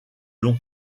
long